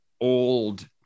old